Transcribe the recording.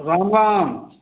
Ram Ram